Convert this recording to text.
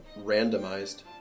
randomized